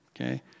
Okay